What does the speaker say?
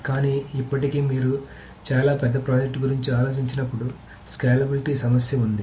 కానీ ఇప్పటికీ మీరు చాలా పెద్ద ప్రాజెక్ట్ గురించి ఆలోచించినప్పుడు స్కేలబిలిటీ సమస్య ఉంది